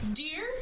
dear